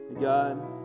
God